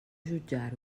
jutjar